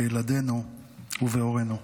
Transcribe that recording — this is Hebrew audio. בילדינו ובהורינו.